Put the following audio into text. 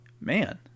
Man